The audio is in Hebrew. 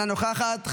אינה נוכחת,